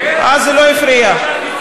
אז זה לא הפריע.